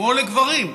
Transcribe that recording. כמו לגברים.